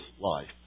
life